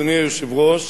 אדוני היושב-ראש,